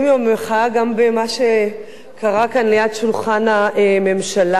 עם המחאה גם במה שקרה כאן ליד שולחן הממשלה.